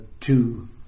two